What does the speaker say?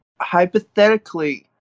hypothetically